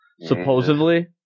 supposedly